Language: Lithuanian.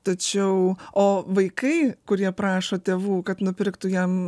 tačiau o vaikai kurie prašo tėvų kad nupirktų jam